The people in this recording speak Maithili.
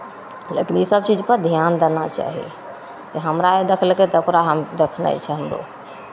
लेकिन ईसभ चीजपर ध्यान देना चाही जे हमरा नहि देखलकै तऽ ओकरा हम देखनाय छै हमरो